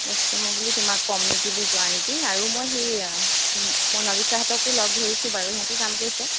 তাৰ পিছত মই বোলো তোমাক কম নেকি বোলো যোৱা নেকি আৰু মই সেই মনালিছাহঁতকো লগ ধৰিছোঁ বাৰু সিহঁতে যাম কৈছে